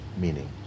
meaning